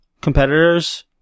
competitors